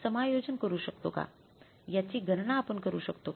याची गणना आपण करू शकतो का